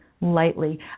lightly